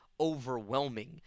overwhelming